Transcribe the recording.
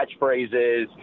catchphrases